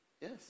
Yes